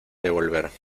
devolver